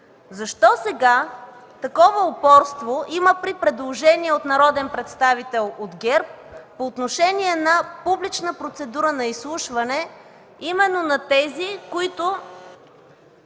Защо сега такова упорство има при предложение от народен представител от ГЕРБ по отношение на публична процедура на изслушване именно за тези, които